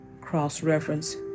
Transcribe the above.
cross-reference